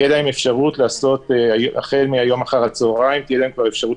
החל מהיום אחר הצוהריים תהיה כבר אפשרות